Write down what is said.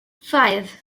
five